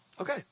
Okay